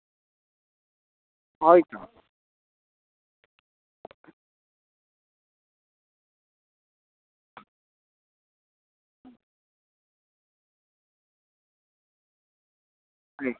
ᱦᱚᱭᱛᱳ ᱦᱮᱸ